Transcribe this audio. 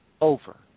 over